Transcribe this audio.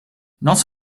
not